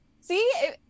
see